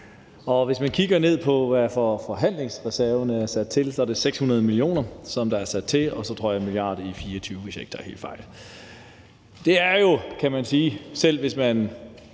og hvis vi kigger ned på, hvad forhandlingsreserven er sat til, så er det 600 mio. kr., den er sat til, og så tror jeg, det er 1 mia. kr. i 2024, hvis jeg ikke tager helt fejl. Det er jo, kan man sige, ikke meget,